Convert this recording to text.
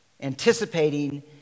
anticipating